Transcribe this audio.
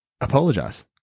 apologize